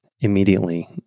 immediately